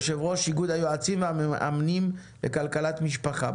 יושב-ראש איגוד היועצים והמאמנים לכלכלת משפחה.